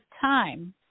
time